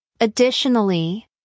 Additionally